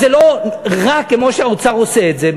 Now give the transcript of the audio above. זה לא רע כמו שהאוצר עושה את זה.